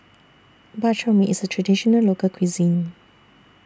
Bak Chor Mee IS A Traditional Local Cuisine